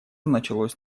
началось